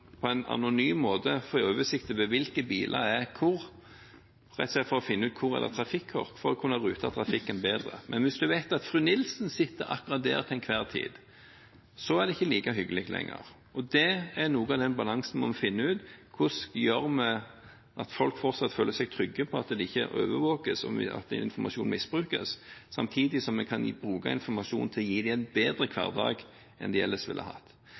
på en anonym måte kan få oversikt over hvilke biler som er hvor, rett og slett for å finne ut hvor det er trafikkork, for å kunne rute trafikken bedre. Men hvis du vet at «fru Nilsen» sitter akkurat der til enhver tid, er det ikke like hyggelig lenger. Det er noe av den balansen vi må finne ut av. Hvordan gjør vi det slik at folk fortsatt føler seg trygge på at de ikke overvåkes, og at ikke informasjon misbrukes, samtidig som vi kan bruke informasjon til å gi dem en bedre hverdag enn de ellers ville hatt?